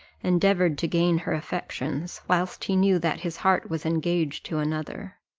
endeavoured to gain her affections, whilst he knew that his heart was engaged to another.